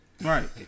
Right